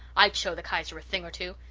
i'd show the kaiser a thing or two!